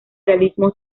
realismo